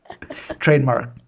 Trademark